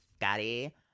Scotty